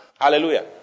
Hallelujah